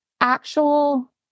actual